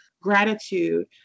gratitude